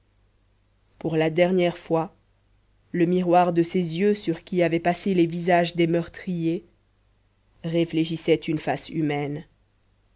pour la dernière fois le miroir de ces yeux sur qui avaient passé les visages des meurtriers réfléchissaient une face humaine